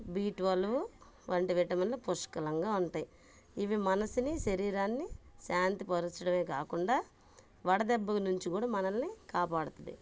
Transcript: B twelve వంటి విటమిన్లు పుష్కలంగా ఉంటాయి ఇవి మనస్సుని శరీరాన్ని శాంతిపరచడమే కాకుండా వడదెబ్బ నుంచి కూడా మనల్ని కాపాడుతుంది